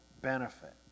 benefit